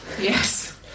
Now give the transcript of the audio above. Yes